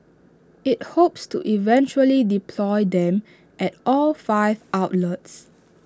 IT hopes to eventually deploy them at all five outlets